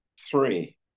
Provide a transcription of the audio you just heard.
three